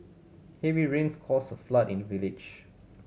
heavy rains cause a flood in the village